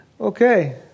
Okay